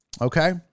Okay